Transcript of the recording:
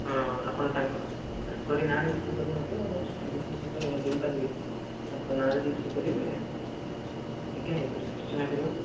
ହଁ ଆପଣ ତାଙ୍କ ତାଙ୍କରି ନାଁରେ ଈଶୁ କରିକି ନେବେ ଆଉ ସେମିତି ମୁଁ ତ ଦେଇପାରିବିନି ତାଙ୍କ ନାଁରେ ଯଦି ଈଶୁ କରିବେ ଆଂଜ୍ଞା ହୋଇପାରିବ ନିଶ୍ଚୟ ହୋଇପାରିବ